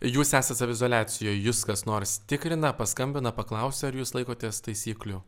jūs esat saviizoliacijoj jus kas nors tikrina paskambina paklausia ar jūs laikotės taisyklių